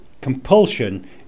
compulsion